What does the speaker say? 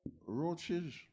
Roaches